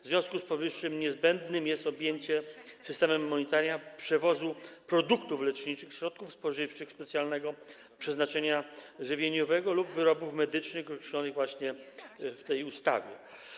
W związku z powyższym niezbędne jest objęcie systemem monitorowania przewozu produktów leczniczych, środków spożywczych specjalnego przeznaczenia żywieniowego lub wyrobów medycznych określonych właśnie w tej ustawie.